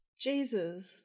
Jesus